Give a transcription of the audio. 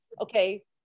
okay